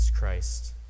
Christ